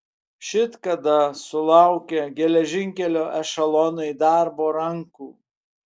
šit kada sulaukė geležinkelio ešelonai darbo rankų